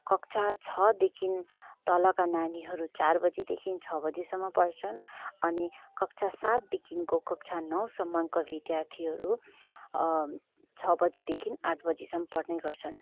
कक्षा छदेखिन् तलका नानीहरू चार बजेदेखिन् छ बजेसम्म पढ्छन् अनि कक्षा सातदेखिन्को कक्षा नौसम्मन्का विद्धार्थीहरू छ बजेदेखिन् आठ बजेसम्म पढ्ने गर्छन्